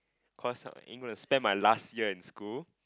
cause ain't gonna spend my last year in school